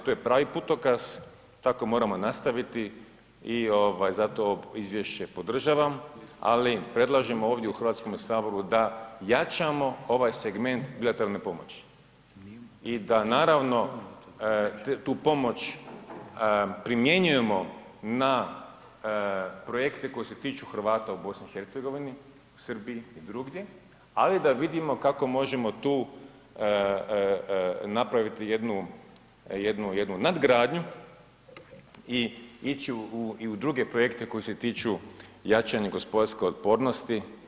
To je pravi putokaz i tako moramo nastaviti i zato izvješće podržavam, ali predlažem ovdje u Hrvatskom saboru da jačamo ovaj segment bilateralne pomoći i da tu pomoć primjenjujemo na projekte koji se tiču Hrvata u BiH, Srbiji i drugdje, ali da vidimo kako možemo tu napraviti jednu nadgradnju i ići u druge projekte koji se tiču jačanja gospodarske otpornosti.